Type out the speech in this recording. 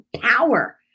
power